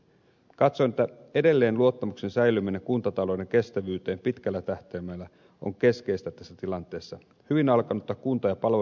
katson että luottamuksen säilyminen kuntatalouden kestävyyteen edelleen pitkällä tähtäimellä on keskeistä tässä tilanteessa hyvin alkanutta kunta ja palo